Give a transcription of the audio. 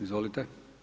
Izvolite.